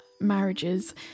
marriages